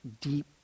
deep